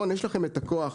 רון, יש לכם את הכוח,